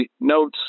notes